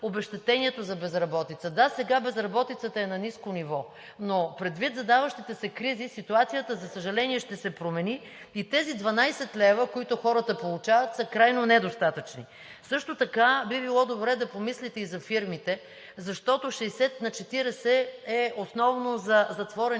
обезщетенията при безработица. Да, сега безработицата е на ниско ниво, но предвид задаващите се кризи ситуацията, за съжаление, ще се промени и тези 12 лв., които хората получават, са крайно недостатъчни. Също така би било добре да помислите и за фирмите, защото 60/40 е основно за затворените